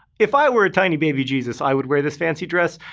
if i were a tiny baby jesus, i would wear this fancy dress,